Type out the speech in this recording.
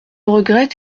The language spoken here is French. regrette